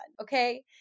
okay